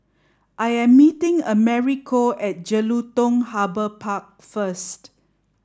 I am meeting Americo at Jelutung Harbour Park first